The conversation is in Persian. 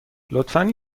لطفا